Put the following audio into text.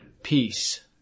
Peace